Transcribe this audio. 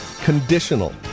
conditional